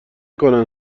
کنن